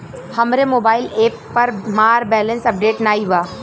हमरे mobile app पर हमार बैलैंस अपडेट नाई बा